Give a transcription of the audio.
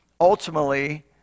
ultimately